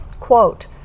quote